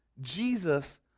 Jesus